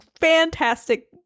fantastic